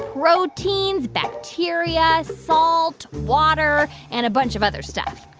proteins, bacteria, salt, water and a bunch of other stuff.